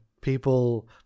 people